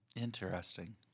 Interesting